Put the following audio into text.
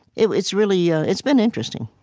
it's really yeah it's been interesting